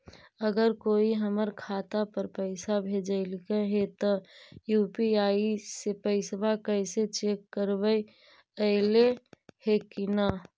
अगर कोइ हमर खाता पर पैसा भेजलके हे त यु.पी.आई से पैसबा कैसे चेक करबइ ऐले हे कि न?